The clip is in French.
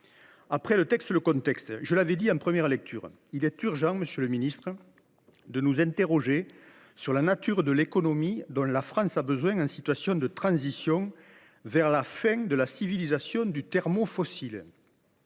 Après le texte, j’en viens au contexte. Comme je l’ai dit en première lecture, il est urgent, monsieur le ministre, de nous interroger sur la nature de l’économie dont la France a besoin, dans le cadre d’une situation de transition vers la fin de la civilisation du thermofossile.